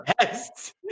Yes